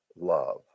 love